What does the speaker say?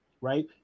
right